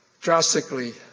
drastically